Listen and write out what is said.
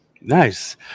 Nice